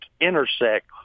intersect